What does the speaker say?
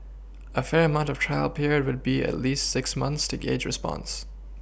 a fair amount of trial period would be at least six months to gauge response